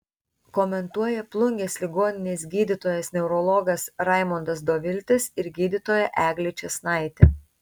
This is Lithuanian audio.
komentuoja plungės ligoninės gydytojas neurologas raimondas doviltis ir gydytoja eglė čėsnaitė